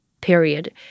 period